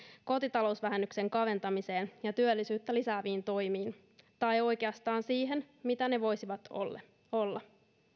kotitalousvähennyksen kaventamiseen sekä työllisyyttä lisääviin toimiin tai oikeastaan siihen mitä ne voisivat olla